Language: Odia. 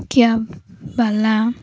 କ୍ୟାବ୍ବାଲା